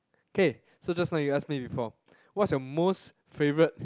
K so just now you ask me before what's your most favourite